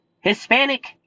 Hispanic